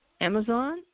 Amazon